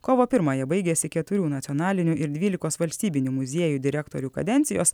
kovo pirmąją baigiasi keturių nacionalinių ir dvylikos valstybinių muziejų direktorių kadencijos